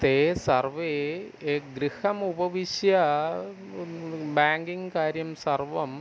ते सर्वे एव गृहम् उपविश्य बेङ्किङ्ग् कार्यं सर्वं